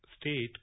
state